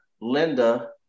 Linda